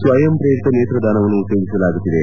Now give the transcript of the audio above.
ಸ್ವಯಂ ಪ್ರೇರಿತ ನೇತ್ರದಾನವನ್ನು ಉತ್ತೇಜಿಸಲಾಗುತ್ತಿದೆ